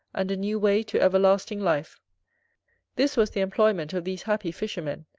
and a new way to everlasting life this was the employment of these happy fishermen.